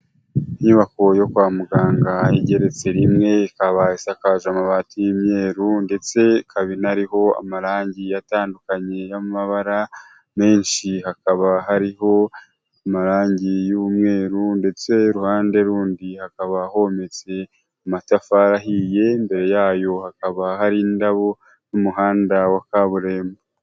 Inyubako yo kwa muganga igeretse rimwe; ikaba isakaza amabati y'imyeru ndetse ikaba inariho amarangi atandukanye y'amabara menshi; hakaba hariho amarangi y'umweru ndetse iruhande rundi hakaba hometse amatafari ahiye; imbere yayo hakaba hari indabo n'umuhanda wa kaburimbo.